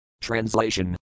Translation